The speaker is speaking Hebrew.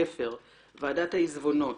יוסף שפר, ועדת העיזבונות.